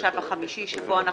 נתקבלה.